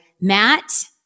Matt